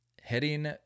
Heading